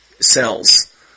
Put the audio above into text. cells